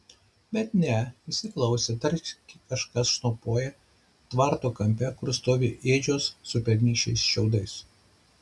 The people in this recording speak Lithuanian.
bet ne įsiklausė tarsi kažkas šnopuoja tvarto kampe kur stovi ėdžios su pernykščiais šiaudais